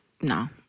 no